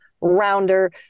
rounder